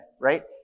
right